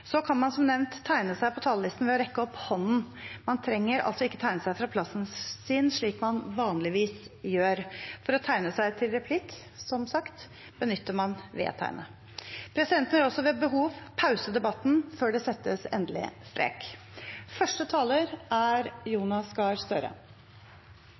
Så kan man, som nevnt, tegne seg på talerlisten ved å rekke opp hånden. Man trenger altså ikke tegne seg fra plassen sin slik man vanligvis gjør. For å tegne seg til replikk benytter man, som sagt, V-tegnet. Presidenten vil også ved behov pause debatten før det settes endelig strek. Dette er første